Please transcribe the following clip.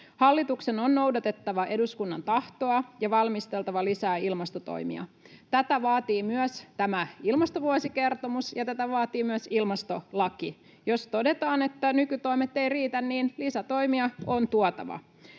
Hallituksen on noudatettava eduskunnan tahtoa ja valmisteltava lisää ilmastotoimia. Tätä vaatii myös tämä ilmastovuosikertomus, ja tätä vaatii myös ilmastolaki. Jos todetaan, että nykytoimet eivät riitä, niin lisätoimia on tuotava.